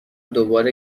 دوباره